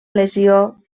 lesió